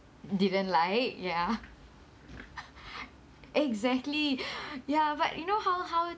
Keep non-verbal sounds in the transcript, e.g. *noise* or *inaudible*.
didn't like ya *laughs* exactly *breath* ya but you know how how